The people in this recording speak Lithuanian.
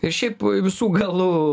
ir šiaip visų galų